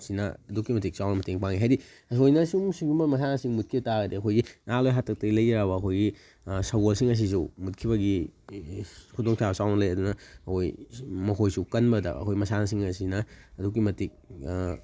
ꯁꯤꯅ ꯑꯗꯨꯛꯀꯤ ꯃꯇꯤꯛ ꯆꯥꯎꯅ ꯃꯇꯦꯡ ꯄꯥꯡꯉꯤ ꯍꯥꯏꯕꯗꯤ ꯑꯁꯤꯒꯨꯝꯕ ꯃꯁꯥꯟꯅꯁꯤꯡ ꯃꯨꯠꯈꯤꯕ ꯇꯥꯔꯗꯤ ꯑꯩꯈꯣꯏꯒꯤ ꯅꯍꯥꯟꯋꯥꯏ ꯍꯥꯛꯇꯛꯇꯒꯤ ꯂꯩꯖꯔꯛꯂꯕ ꯑꯩꯈꯣꯏꯒꯤ ꯁꯒꯣꯜꯁꯤꯡ ꯑꯁꯤꯁꯨ ꯃꯨꯠꯈꯤꯕꯒꯤ ꯈꯨꯗꯣꯡ ꯆꯥꯕ ꯆꯥꯎꯅ ꯂꯩ ꯑꯗꯨꯅ ꯑꯩꯈꯣꯏ ꯃꯈꯣꯏꯁꯨ ꯀꯟꯕꯗ ꯑꯩꯈꯣꯏ ꯃꯁꯥꯟꯅꯁꯤꯡ ꯑꯁꯤꯅ ꯑꯗꯨꯛꯀꯤ ꯃꯇꯤꯛ